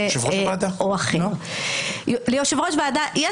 יושב-ראש ועדה.